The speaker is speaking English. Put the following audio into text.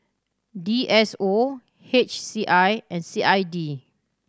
D S O H C I and C I D